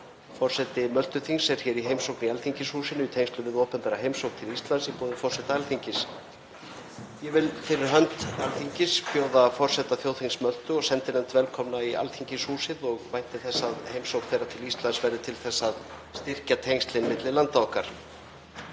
sendinefnd. Forseti Möltuþings er hér í heimsókn í Alþingishúsinu í tengslum við opinbera heimsókn til Íslands í boði forseta Alþingis. Ég vil fyrir hönd Alþingis bjóða forseta þjóðþings Möltu og sendinefnd velkomin í Alþingishúsið og ég vænti þess að heimsókn þeirra til Íslands verði til þess að styrkja tengslin milli landa okkar.